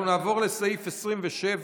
אנחנו עוברים לסעיף 27: